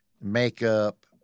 makeup